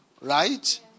right